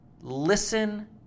listen